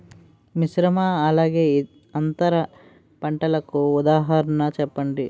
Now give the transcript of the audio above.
మిశ్రమ అలానే అంతర పంటలకు ఉదాహరణ చెప్పండి?